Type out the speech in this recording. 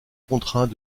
contraints